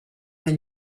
than